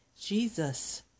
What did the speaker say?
Jesus